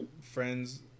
friends